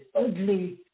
ugly